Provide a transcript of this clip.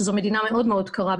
שזו מדינה מאוד קרה,